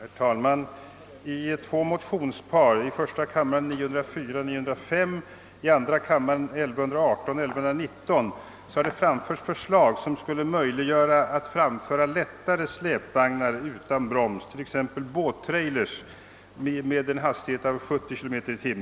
Herr talman! I två motionspar — det gäller motionerna I:904 och II:1118 samt I:905 och II:1119 — har framförts förslag om att göra det möjligt att framföra lättare släpvagnar utan broms, t.ex. båttrailers, med en hastighet av 70 km/tim.